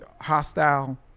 hostile